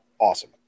awesome